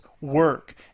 work